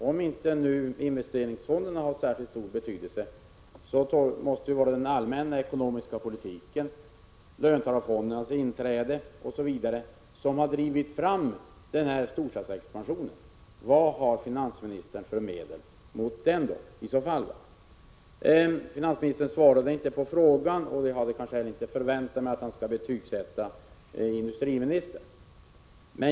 Om inte investeringsfonderna har särkilt stor betydelse måste det vara den allmänna ekonomiska politiken, löntagarfondernas inträde osv. som har drivit fram den här storstadsexpansionen. Vad har finansministern för styrmedel när det gäller att hejda den i så fall? Finansministern svarade inte på min fråga när det gällde industriministern, och jag hade kanske inte heller väntat mig att han skulle betygsätta honom.